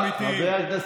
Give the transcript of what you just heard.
הכי נמוך, הביתה.